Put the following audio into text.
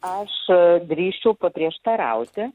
aš drįsčiau paprieštarauti